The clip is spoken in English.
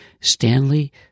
Stanley